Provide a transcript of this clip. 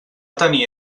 tenir